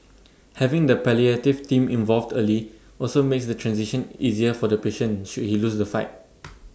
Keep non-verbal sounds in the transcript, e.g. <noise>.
having the palliative team involved early also makes the transition easier for the patient should he lose the fight <noise>